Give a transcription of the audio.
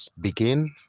begin